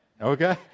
okay